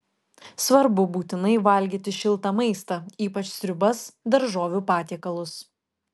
svarbu būtinai valgyti šiltą maistą ypač sriubas daržovių patiekalus